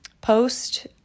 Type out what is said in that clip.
post